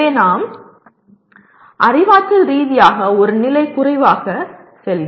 எனவே நாம் அறிவாற்றல் ரீதியாக ஒரு நிலை குறைவாக செல்கிறோம்